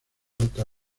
alta